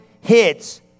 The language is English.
hits